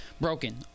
broken